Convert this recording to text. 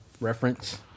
reference